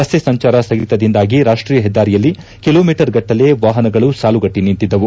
ರಸ್ತೆ ಸಂಚಾರ ಸ್ಥಗಿತದಿಂದಾಗಿ ರಾಷ್ಟೀಯ ಹೆದ್ದಾರಿಯಲ್ಲಿ ಕಿಲೋ ಮೀಟರ್ಗಟ್ಟಲೆ ವಾಹನಗಳು ಸಾಲುಗಟ್ಟಿ ನಿಂತಿದ್ದವು